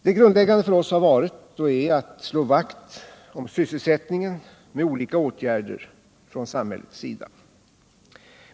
Det grundläggande för oss har varit och är att slå vakt om sysselsättningen med olika åtgärder från samhällets sida.